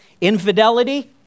Infidelity